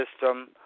system